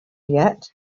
yet